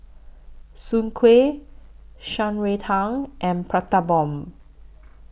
Soon Kway Shan Rui Tang and Prata Bomb